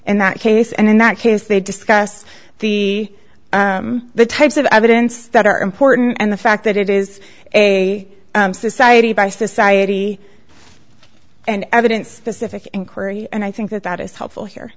in that case and in that case they discussed the the types of evidence that are important and the fact that it is a society by society and evidence pacific and curry and i think that that is helpful here